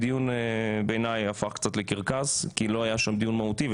שהדיון בעיני הפך קצת לקרקס כי לא היה שם דיון מהותי.